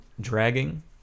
dragging